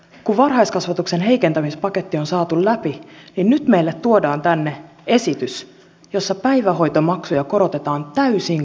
kun varhaiskasvatuksen heikentämispaketti on saatu läpi niin nyt meille tuodaan tänne esitys jossa päivähoitomaksuja korotetaan täysin kohtuuttomasti